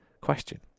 question